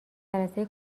جلسه